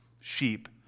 sheep